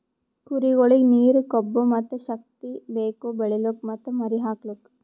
ಕುರಿಗೊಳಿಗ್ ನೀರ, ಕೊಬ್ಬ ಮತ್ತ್ ಶಕ್ತಿ ಬೇಕು ಬೆಳಿಲುಕ್ ಮತ್ತ್ ಮರಿ ಹಾಕಲುಕ್